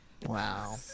Wow